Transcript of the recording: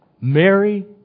Mary